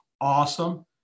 Awesome